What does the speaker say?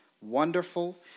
wonderful